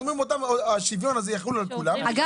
אנחנו אומרים שהשוויון הזה יחול על כולם -- קטיה,